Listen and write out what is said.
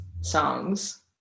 songs